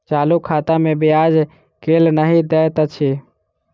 चालू खाता मे ब्याज केल नहि दैत अछि